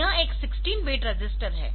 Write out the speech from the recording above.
यह एक 16 bit register है